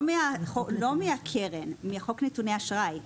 לא מהקרן, מחוק נתוני אשראי.